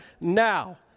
now